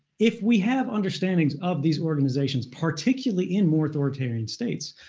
if we have understandings of these organizations, particularly in more authoritarian states,